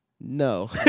No